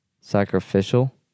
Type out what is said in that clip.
sacrificial